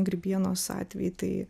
grybienos atvejį tai